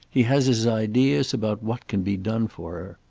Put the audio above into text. he has his ideas about what can be done for her.